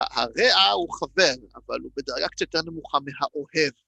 הרע הוא חבר, אבל הוא בדרגה קצת יותר נמוכה מהאוהב.